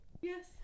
yes